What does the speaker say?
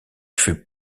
fut